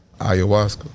Ayahuasca